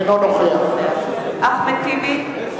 אינו נוכח אחמד טיבי,